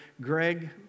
Greg